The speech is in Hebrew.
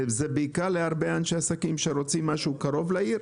וזה בעיקר להרבה אנשי עסקים שרוצים משהו קרוב לעיר,